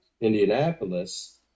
indianapolis